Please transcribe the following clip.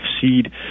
seed